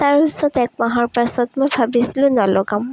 তাৰপিছত এক মাহৰ পাছত মই ভাবিছিলোঁ নলগাম